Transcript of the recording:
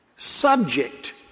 Subject